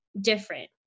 different